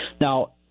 Now